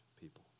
people